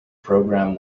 program